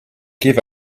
give